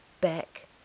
back